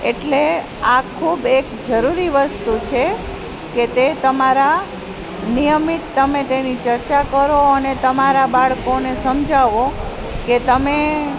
એટલે આ ખૂબ એક જરૂરી વસ્તુ છે કે તે તમારા નિયમિત તમે તેની ચર્ચા કરો અને તમારા બાળકોને સમજાવો કે તમે